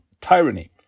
tyranny